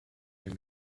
can